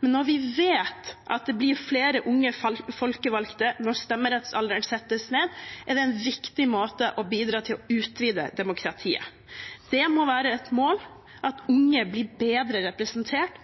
men når vi vet at det blir flere unge folkevalgte når stemmerettsalderen settes ned, er det en viktig måte å bidra til å utvide demokratiet på. Det må være et mål at unge blir bedre representert